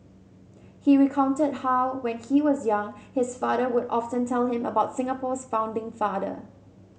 he recounted how when he was young his father would often tell him about Singapore's founding father